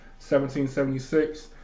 1776